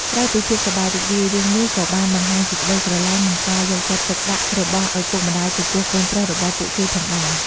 ក្រៅពីភាពសប្បាយរីករាយ រឿងនេះក៏បានបង្ហាញពីក្តីស្រឡាញ់ និងការយកចិត្តទុកដាក់របស់ឪពុកម្តាយចំពោះកូនប្រុសរបស់ពួកគេផងដែរ។